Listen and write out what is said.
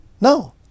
No